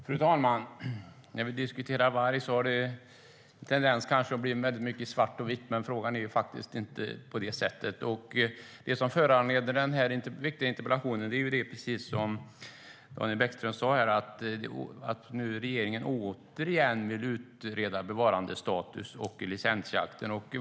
Fru talman! När vi diskuterar varg har det en tendens att bli mycket svart eller vitt, men frågan ser faktiskt inte ut på det sättet. Det som föranleder den här viktiga interpellationen är precis det som Daniel Bäckström sa: att regeringen återigen vill utreda bevarandestatus och licensjakt.